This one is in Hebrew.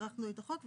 ערכנו את החוק,